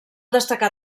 destacar